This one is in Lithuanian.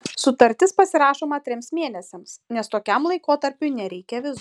sutartis pasirašoma trims mėnesiams nes tokiam laikotarpiui nereikia vizų